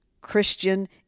Christian